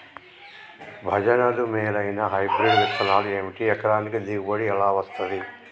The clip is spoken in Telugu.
భజనలు మేలైనా హైబ్రిడ్ విత్తనాలు ఏమిటి? ఎకరానికి దిగుబడి ఎలా వస్తది?